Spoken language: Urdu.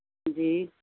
جی